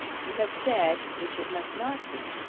you have said, which it must not be.